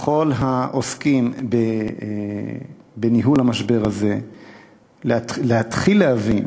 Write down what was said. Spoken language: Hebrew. לכל העוסקים בניהול המשבר הזה להתחיל להבין